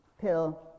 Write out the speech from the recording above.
pill